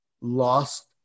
lost